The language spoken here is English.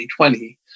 2020